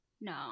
No